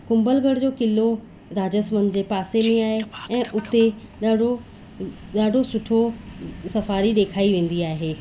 कुंभलगढ़ जो क़िलो राजस्वन जे पासे में आहे ऐं उते ॾाढो ॾाढो सुठो सफारी ॾेखारी वेंदी आहे